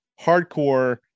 hardcore